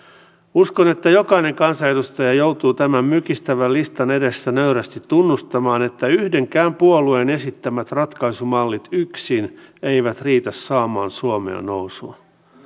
uskon että jokainen kansanedustaja joutuu tämän mykistävän listan edessä nöyrästi tunnustamaan että yhdenkään puolueen esittämät ratkaisumallit yksin eivät riitä saamaan suomea nousuun